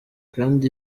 kandi